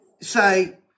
say